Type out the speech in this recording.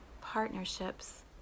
partnerships